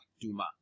Duma